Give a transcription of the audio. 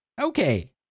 Okay